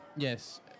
Yes